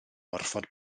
orfod